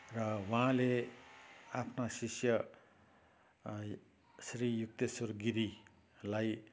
र उहाँले आफ्ना शिष्य श्री युक्तेश्वर गिरीलाई